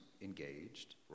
engaged